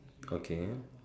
okay